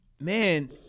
man